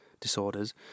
disorders